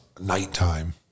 nighttime